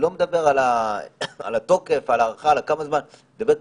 אני לא מדבר על התוקף ועל הארכה לכמה זמן אני מדבר על